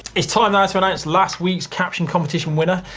it's time now to announce last week's caption competition winner.